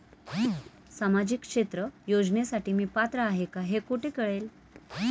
सामाजिक क्षेत्र योजनेसाठी मी पात्र आहे का हे कुठे कळेल?